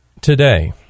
Today